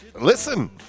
Listen